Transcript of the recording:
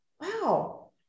wow